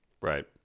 Right